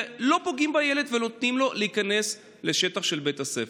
לא פוגעים בילד ונותנים לו להיכנס לשטח של בית הספר,